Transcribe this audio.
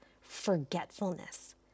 forgetfulness